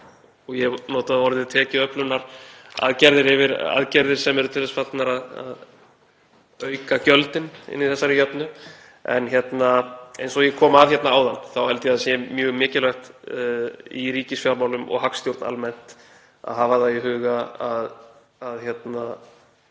Ég notaði orðið tekjuöflunaraðgerðir yfir aðgerðir sem eru til þess fallnar að auka gjöldin inni í þessari jöfnu. En eins og ég kom að hérna áðan þá held ég að það sé mjög mikilvægt í ríkisfjármálum og hagstjórn almennt að hafa það í huga að orð